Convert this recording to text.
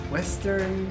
Western